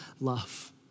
love